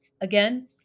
Again